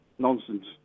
nonsense